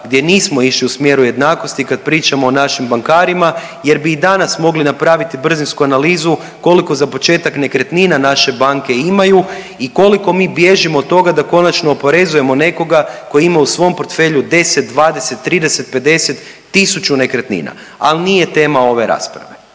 gdje nismo išli u smjeru jednakosti kad pričamo o našim bankarima jer bi i danas mogli napraviti brzinsku analizu koliko za početak nekretnina naše banke imaju i koliko mi bježimo od toga da konačno oporezujemo nekoga tko je imao u svom portfelju 10, 20, 30, 50, 1000 nekretnina. Ali nije tema ove rasprave.